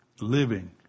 Living